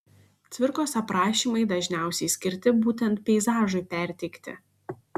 cvirkos aprašymai dažniausiai skirti būtent peizažui perteikti